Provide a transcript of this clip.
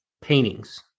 paintings